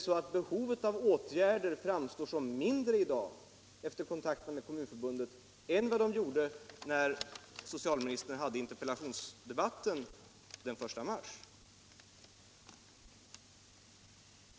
Framstår behovet av åtgärder som mindre i dag efter kontakterna med Kommunförbundet än när socialministern deltog i interpellationsdebatten den 1 mars?